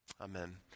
Amen